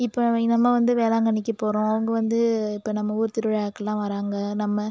இப்போ எங்க அம்மா வந்து வேளாங்கன்னிக்கு போகிறோம் அவங்க வந்து இப்போ நம்ம ஊர் திருவிழாக்குலாம் வராங்க நம்ம